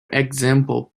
example